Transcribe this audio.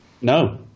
No